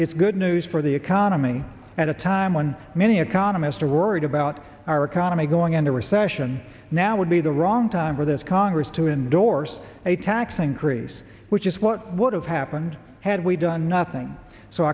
it's good news for the economy at a time when many economists are worried about our economy going into recession now would be the wrong time for this congress to endorse a tax increase which is what would have happened had we done nothing so